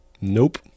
nope